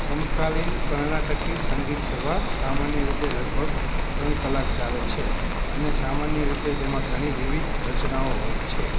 સમકાલીન કર્ણાટકી સંગીત સભા સામાન્ય રીતે લગભગ ત્રણ કલાક ચાલે છે અને સામાન્ય રીતે તેમાં ઘણી વિવિધ રચનાઓ હોય છે